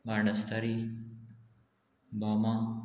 Banastari Bhoma